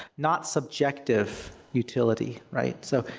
not subjective utility, right. so,